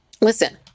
listen